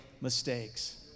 mistakes